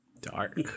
Dark